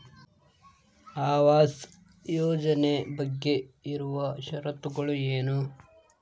ಆವಾಸ್ ಯೋಜನೆ ಬಗ್ಗೆ ಇರುವ ಶರತ್ತುಗಳು ಏನು?